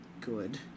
good